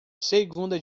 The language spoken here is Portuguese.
segunda